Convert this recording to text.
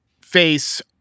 face